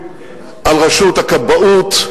על רשות הכבאות,